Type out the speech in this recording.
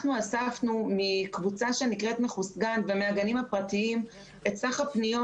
אנחנו אספנו מקבוצה ומהגנים הפרטיים את סך הפניות